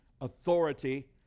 authority